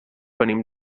venim